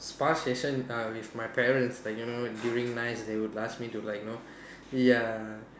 spa session err with my parents like you know during nice they would ask me to you know ya